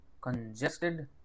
congested